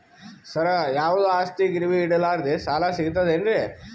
ಸರ, ಯಾವುದು ಆಸ್ತಿ ಗಿರವಿ ಇಡಲಾರದೆ ಸಾಲಾ ಸಿಗ್ತದೇನ್ರಿ?